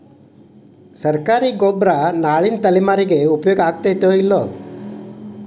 ಸರ್ಕಾರಿ ಗೊಬ್ಬರ ನಾಳಿನ ತಲೆಮಾರಿಗೆ ಉಪಯೋಗ ಆಗತೈತೋ, ಇಲ್ಲೋ?